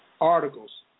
Articles